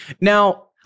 Now